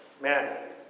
Man